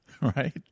right